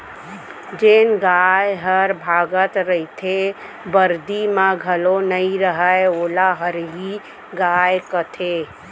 जेन गाय हर भागत रइथे, बरदी म घलौ नइ रहय वोला हरही गाय कथें